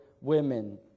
women